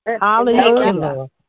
Hallelujah